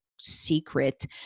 secret